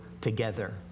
together